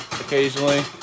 occasionally